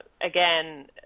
again